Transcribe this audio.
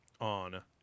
on